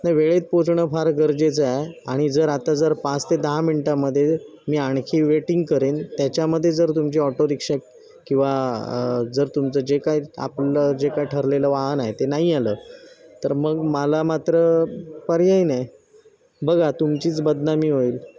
नाही वेळेत पोहचणं फार गरजेचं आहे आणि जर आता जर पाच ते दहा मिनटामध्ये मी आणखी वेटिंग करेन त्याच्यामध्ये जर तुमची ऑटो रिक्षा किंवा जर तुमचं जे काही आपलं जे काही ठरलेलं वाहन आहे ते नाही आलं तर मग मला मात्र पर्याय नाही बघा तुमचीच बदनामी होईल